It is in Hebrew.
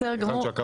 היכן שהקו מונח,